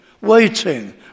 waiting